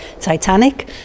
titanic